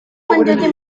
mencuci